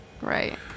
right